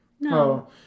No